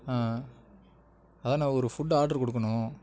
ஆ அதாண்ண ஒரு food order கொடுக்கணும்